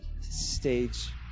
stage